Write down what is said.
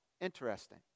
Interesting